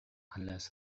unless